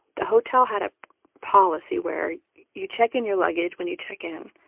the hotel had a policy where you check in your luggage when you check in,